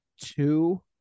two